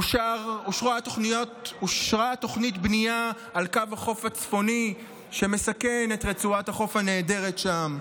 אושרה תוכנית בנייה על קו החוף הצפוני שמסכנת את רצועת החוף הנהדרת שם,